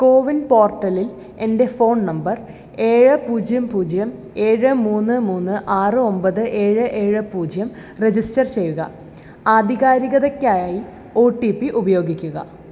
കോവിൻ പോർട്ടലിൽ എൻ്റെ phone number ഏഴ് പൂജ്യം പൂജ്യം ഏഴ് മൂന്ന് മൂന്ന് ആറ് ഒമ്പത് ഏഴ് ഏഴ് പൂജ്യം രജിസ്റ്റർ ചെയ്യുക ആധികാരികതയ്ക്കായി ഓ ടി പി ഉപയോഗിക്കുക